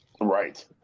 right